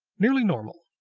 nearly normal.